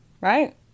right